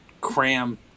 cram